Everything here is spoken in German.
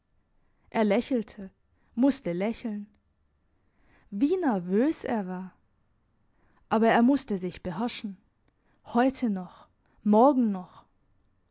er lächelte musste lächeln wie nervös er war aber er musste sich beherrschen heute noch morgen noch